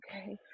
okay